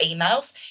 emails